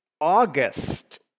August